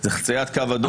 זו חציית קו אדום.